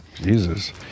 Jesus